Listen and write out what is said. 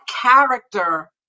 character